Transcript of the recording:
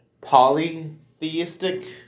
polytheistic